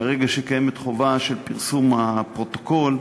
מרגע שקיימת חובה של פרסום הפרוטוקול,